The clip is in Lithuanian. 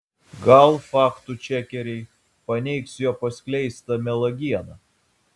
gal faktų čekeriai paneigs jo paskleistą melagieną